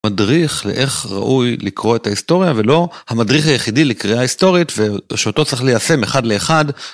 מדריך לאיך ראוי לקרוא את ההיסטוריה, ולא המדריך היחידי לקריאה היסטורית, ושאותו צריך ליישם אחד לאחד...